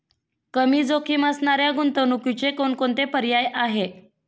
कमी जोखीम असणाऱ्या गुंतवणुकीचे कोणकोणते पर्याय आहे?